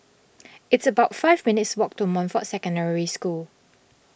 it's about five minutes' walk to Montfort Secondary School